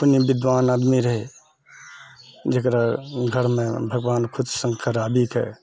पुण्य विद्वान आदमी रहए जेकरा घरमे खुद भगवान शङ्कर आबिके